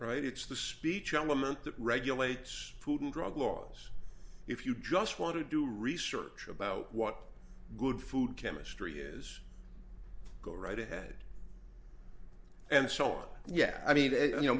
right it's the speech element that regulates food and drug laws if you just want to do research about what good food chemistry is go right ahead and so on yeah i mean you know